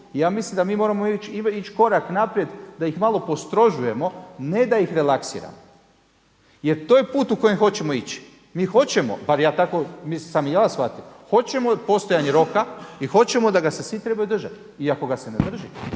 ja mislim da mi moramo ići korak naprijed da ih malo postrožujemo, ne da ih relaksiramo. Jer to je put u kojem hoćemo ići. Mi hoćemo, bar tako sam i ja shvatio, hoćemo postojanje roka i hoćemo da ga se svi trebaju držati. I ako ga se ne drži